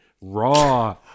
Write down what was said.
raw